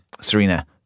Serena